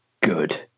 good